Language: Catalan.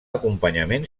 acompanyament